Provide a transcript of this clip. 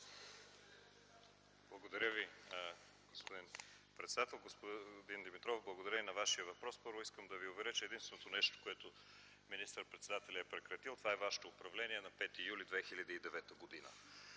Благодаря Ви, господин председател. Господин Димитров, благодаря за Вашия въпрос. Първо искам да Ви уверя, че единственото нещо, което министър-председателят е прекратил, това е вашето управление – на 5 юли 2009 г.!